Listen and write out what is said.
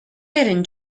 eren